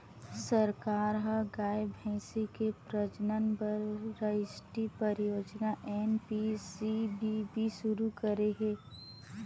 सरकार ह गाय, भइसी के प्रजनन बर रास्टीय परियोजना एन.पी.सी.बी.बी सुरू करे हे